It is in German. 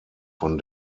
von